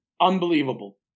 Unbelievable